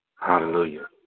hallelujah